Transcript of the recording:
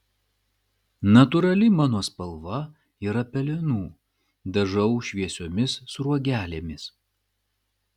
natūrali mano spalva yra pelenų dažau šviesiomis sruogelėmis